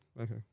okay